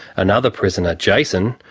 another prisoner, jason,